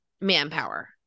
manpower